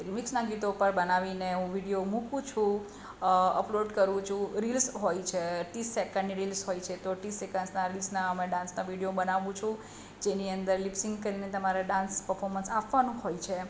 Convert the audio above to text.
રિમિક્સના ગીતો પર બનાવીને હું વીડિઓ મૂકું છું અપલોડ કરું છું રીલ્સ હોય છે ત્રીસ સેકન્ડની રીલ્સ હોય છે ત્રીસ સેકન્ડના રીલ્સના ડાન્સના વીડિયો બનાવું છું જેની અંદર લિપસિન્ક કરીને તમારે ડાન્સ પર્ફોમન્સ આપવાનું હોય છે